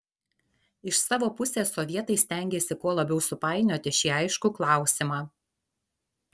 iš savo pusės sovietai stengėsi kuo labiau supainioti šį aiškų klausimą